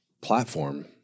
platform